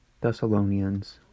Thessalonians